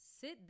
Sit